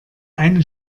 eine